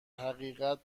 حقیقت